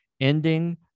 ending